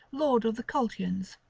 lord of the colchians,